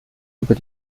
über